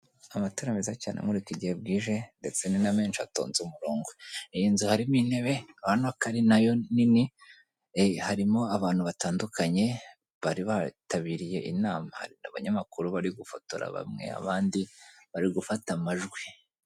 Amatara meza cyane amurika igihe bwije, ndetse ni na menshi atonze umurongo, iyi nzu harimo intebe ubona ko ari nayo nini, harimo abantu batandukanye bari bitabiriye inama, hari abanyamakuru bari gufotora bamwe, abandi bari gufata amajwi.